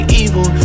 evil